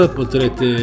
potrete